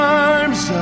arms